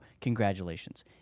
congratulations